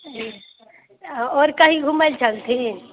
जी आओर कहीँ घुमै लै चलथिन